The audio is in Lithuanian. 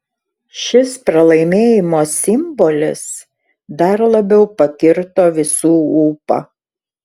šis pralaimėjimo simbolis dar labiau pakirto visų ūpą